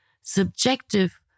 subjective